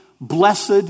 Blessed